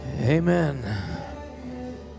Amen